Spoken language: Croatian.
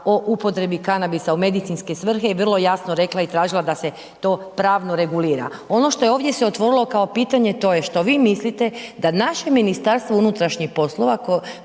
o upotrebi kanabisa u medicinske svrhe i vrlo jasno rekla i tražila da se to pravno regulira. Ono što je ovdje se otvorilo kao pitanje to je što vi mislite da naše Ministarstvo unutrašnjih poslova,